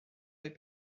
les